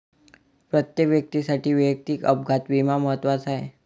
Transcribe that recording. प्रत्येक व्यक्तीसाठी वैयक्तिक अपघात विमा महत्त्वाचा आहे